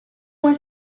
want